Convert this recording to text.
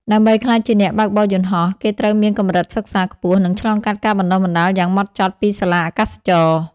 ដើម្បីក្លាយជាអ្នកបើកបរយន្តហោះ គេត្រូវមានកម្រិតសិក្សាខ្ពស់ និងឆ្លងកាត់ការបណ្ដុះបណ្ដាលយ៉ាងហ្មត់ចត់ពីសាលាអាកាសចរណ៍។